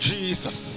Jesus